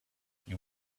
you